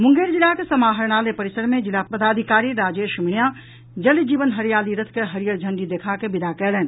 मुंगेर जिलाक समाहरणालय परिसर मे जिला पदाधिकारी राजेश मीणा जल जीवन हरियाली रथ के हरियर झंडी देखा कऽ विदा कयलनि